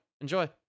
Enjoy